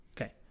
Okay